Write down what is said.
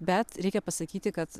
bet reikia pasakyti kad